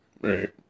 right